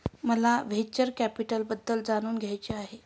मला व्हेंचर कॅपिटलबद्दल जाणून घ्यायचे आहे